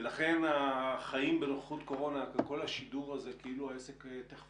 ולכן החיים בנוכחות הקורונה וכל השידור הזה כאילו העסק תכף